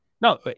no